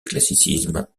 classicisme